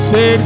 Say